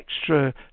extra